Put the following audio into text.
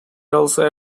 also